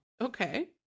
okay